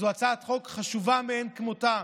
זו הצעת חוק חשובה מאין כמותה.